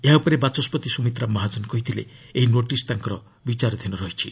ଏହା ଉପରେ ବାଚସ୍କତି ସୁମିତ୍ରା ମହାଜନ କହିଥିଲେ ଏହି ନୋଟିସ୍ ତାଙ୍କର ବିଚାରଧୀନ ଅଛି